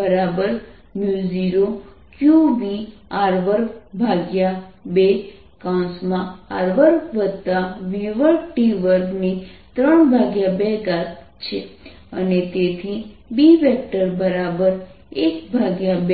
0qvR22R2v2t232છે અને તેથી B 1202π